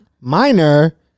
minor